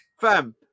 fam